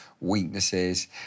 weaknesses